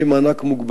חלק ניכר